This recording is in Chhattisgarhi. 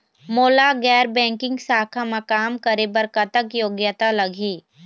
मोला गैर बैंकिंग शाखा मा काम करे बर कतक योग्यता लगही?